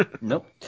Nope